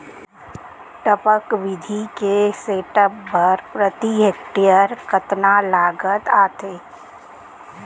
टपक विधि के सेटअप बर प्रति हेक्टेयर कतना लागत आथे?